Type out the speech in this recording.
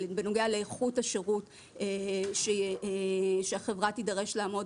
בנוגע לאיכות השירות שהחברה תידרש לעמוד